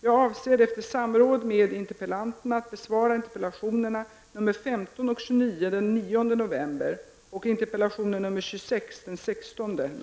Jag avser efter samråd med interpellanterna att besvara interpellationerna 15